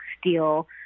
steel